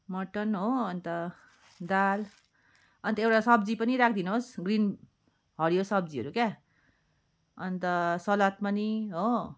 mutton हो अन्त दाल अन्त एउटा सब्जी पनि राखिदिनुहोस् ग्रिन हरियो सब्जीहरू क्या अन्त सलाद पनि हो